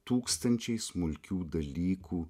tūkstančiai smulkių dalykų